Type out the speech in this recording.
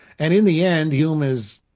and in the end, hume is,